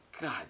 god